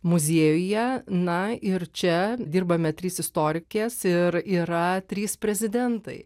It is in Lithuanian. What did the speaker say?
muziejuje na ir čia dirbame trys istorikės ir yra trys prezidentai